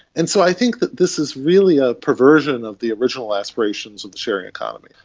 and so i think that this is really a perversion of the original aspirations of the sharing economy.